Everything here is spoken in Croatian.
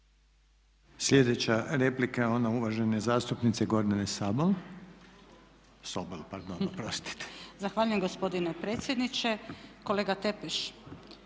Sljedeća replika je ona uvažene zastupnice Gordane Sobol. **Sobol, Gordana (SDP)** Zahvaljujem gospodine predsjedniče. Kolega Tepeš,